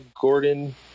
Gordon